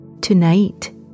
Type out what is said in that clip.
Tonight